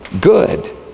good